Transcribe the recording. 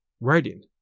writing